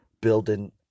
building